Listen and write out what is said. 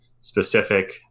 specific